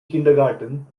kindergarten